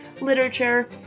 literature